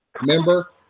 Remember